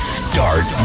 start